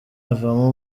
avamo